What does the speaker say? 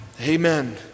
Amen